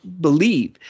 believe